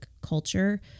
culture